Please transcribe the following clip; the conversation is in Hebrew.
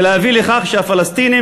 ולהביא לכך שהפלסטינים,